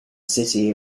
city